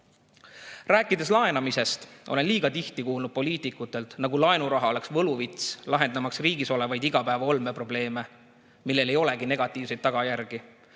tabama. Rääkides laenamisest, siis olen liiga tihti kuulnud poliitikutelt, nagu laenuraha oleks võluvits, lahendamaks riigis olevaid igapäeva olmeprobleeme, millel ei olegi negatiivseid tagajärgi.